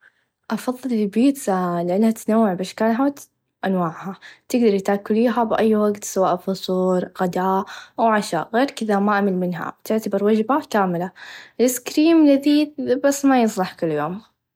أفظل البيتزا لأنها تتنوع بأشكالها و أنواعها تقدري تاكليها بأي وقت سواء فطور غداء أو عشا غير كذا ما أمل منها تعتبر وچبه كامله الإيسكريم لذيذ بس ما يصلح كل يوم.